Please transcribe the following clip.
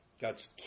God's